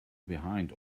behind